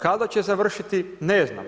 Kada će završiti, ne znam.